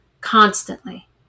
constantly